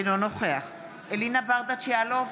אינו נוכח אלינה ברדץ' יאלוב,